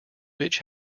bitch